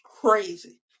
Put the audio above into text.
crazy